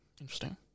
Interesting